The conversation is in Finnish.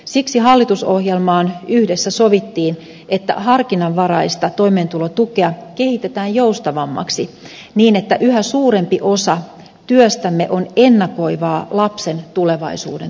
siksi hallitusohjelmassa yhdessä sovittiin että harkinnanvaraista toimeentulotukea kehitetään joustavammaksi niin että yhä suurempi osa työstämme on ennakoivaa lapsen tulevaisuuden turvaamista